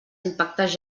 impactes